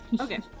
Okay